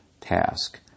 task